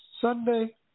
Sunday